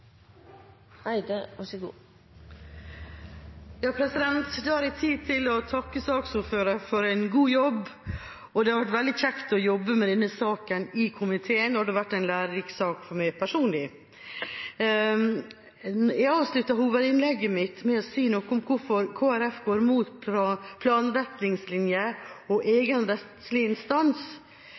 tid til å takke saksordføreren for en god jobb. Det har vært veldig kjekt å jobbe med denne saken i komiteen, og det har vært en lærerik sak for meg personlig. Jeg avsluttet hovedinnlegget mitt med å si noe om hvorfor Kristelig Folkeparti går imot planretningslinje og egen rettslig instans.